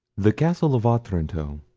the castle of otranto.